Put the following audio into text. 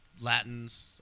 Latins